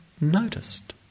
noticed